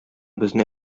безне